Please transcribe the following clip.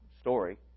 story